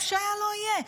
מה שהיה לא יהיה.